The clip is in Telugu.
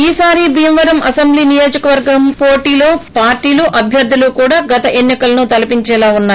ఈసారి భీమవరం అసెంబ్లీ నియోజకవర్గం పోటీలో పార్టీలు అభ్యర్గులు కూడా గత ఎన్ని కలను తలపించేలా వున్నాయి